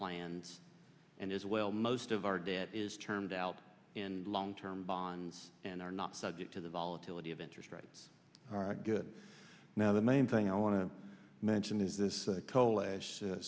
plans and as well most of our debt is termed out in long term bonds and are not subject to the volatility of interest rates are good now the main thing i want to mention is this